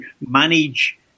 manage